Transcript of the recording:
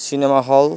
cinema hall